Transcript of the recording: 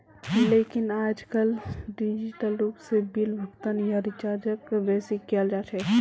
लेकिन आयेजकल डिजिटल रूप से बिल भुगतान या रीचार्जक बेसि कियाल जा छे